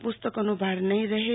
પુસ્તકોના ભાર નહીં રહેશ